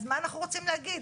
אז מה אנחנו רוצים להגיד?